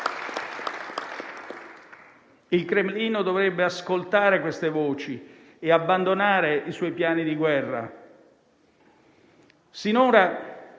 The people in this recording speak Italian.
Il Cremlino dovrebbe ascoltare queste voci e abbandonare i suoi piani di guerra. Sinora